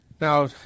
Now